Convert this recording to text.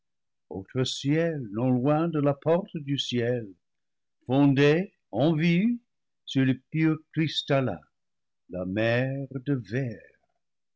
non loin de la porte du ciel fondé en vue sur le pur cristallin la mer de